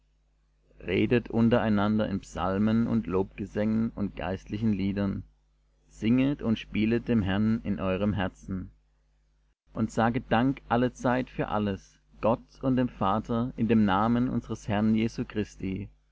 redet untereinander in psalmen und lobgesängen und geistlichen liedern singet und spielet dem herrn in eurem herzen und saget dank allezeit für alles gott und dem vater in dem namen unsers herrn jesu christi